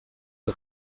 que